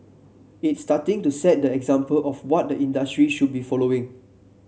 it's starting to set the example of what the industry should be following